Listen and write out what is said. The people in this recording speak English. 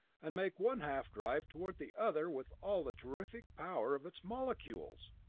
and make one half drive toward the other with all the terrific power of its molecules!